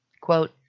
Quote